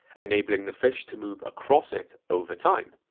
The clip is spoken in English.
enabling the fish to move across it over time.